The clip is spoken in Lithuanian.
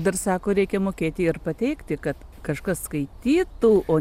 dar sako reikia mokėti ir pateikti kad kažkas skaitytų o